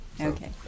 Okay